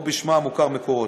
או בשמה המוכר "מקורות".